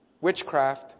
witchcraft